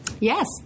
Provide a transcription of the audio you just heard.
Yes